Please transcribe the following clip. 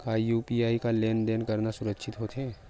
का यू.पी.आई म लेन देन करना सुरक्षित होथे?